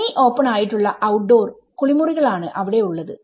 semi open ആയിട്ടുള്ള outdoor കുളിമുറികൾ ആണ് അവിടെ ഉള്ളത്